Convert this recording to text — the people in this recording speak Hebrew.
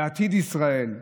בעתיד ישראל,